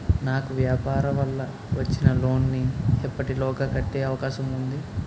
నాకు వ్యాపార వల్ల వచ్చిన లోన్ నీ ఎప్పటిలోగా కట్టే అవకాశం ఉంది?